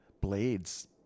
blades